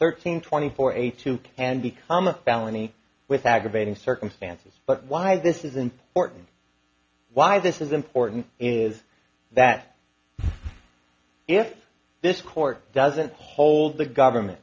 thirteen twenty four eight two and become valentini with aggravating circumstances but why this is important why this is important is that if this court doesn't hold the government